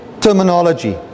terminology